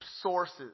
sources